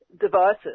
devices